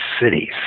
cities